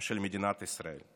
של מדינת ישראל.